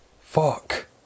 Fuck